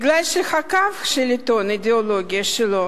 כי הקו של העיתון, האידיאולוגיה שלו,